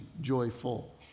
joyful